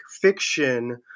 fiction